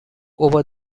over